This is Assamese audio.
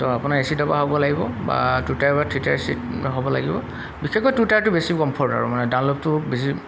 ত' আপোনাৰ এ চি দবা হ'ব লাগিব বা টু টায়াৰ বা থ্ৰী টায়াৰ এ চি ত হ'ব লাগিব বিশেষকৈ টু টায়াৰটো বেছি কম্ফৰ্ট আৰু মানে ডানলভটো বেছি